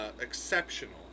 exceptional